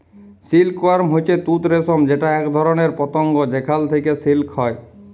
silk worm হচ্যে তুত রেশম যেটা এক ধরণের পতঙ্গ যেখাল থেক্যে সিল্ক হ্যয়